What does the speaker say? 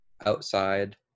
outside